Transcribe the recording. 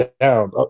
down